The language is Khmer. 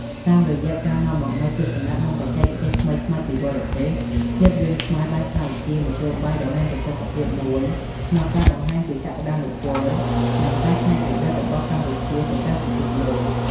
តាមរយៈការនាំមកនូវទស្សនៈ និងបច្ចេកទេសថ្មីៗ ពីបរទេស ភាពយន្តខ្មែរបានក្លាយជា មធ្យោបាយដ៏មានប្រសិទ្ធភាពមួយក្នុងការបង្ហាញពីសក្តានុពល និងការច្នៃប្រឌិតរបស់កម្ពុជាទៅកាន់ពិភពលោក។